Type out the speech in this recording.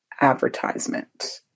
advertisement